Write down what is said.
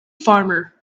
farmer